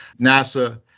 NASA